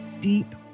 deep